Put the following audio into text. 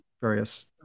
various